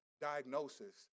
diagnosis